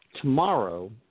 Tomorrow –